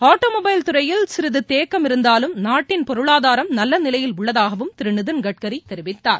auto mobile துறையில் சிறிது தேக்கம் இருந்தாலும் நாட்டின் பொருளாதாரம் நல்ல நிலையில் உள்ளதாகவும் திரு நிதின்கட்கரி தெரிவித்தார்